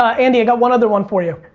ah andy, i got one other one for you.